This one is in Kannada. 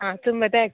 ಹಾಂ ತುಂಬಾ ತ್ಯಾಂಕ್ಸ್